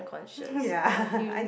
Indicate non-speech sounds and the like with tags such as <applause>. <laughs> ya I